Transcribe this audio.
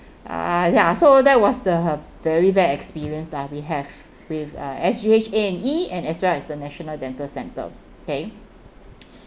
uh ya so that was the very bad experience lah we have with uh S_G_H A&E and as well as the national dental centre okay